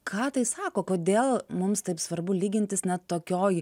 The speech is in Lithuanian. ką tai sako kodėl mums taip svarbu lygintis net tokioj